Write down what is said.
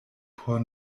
por